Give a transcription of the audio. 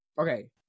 Okay